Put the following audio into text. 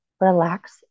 Relax